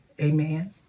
Amen